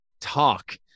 talk